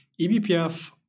ebpf